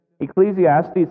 Ecclesiastes